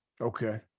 Okay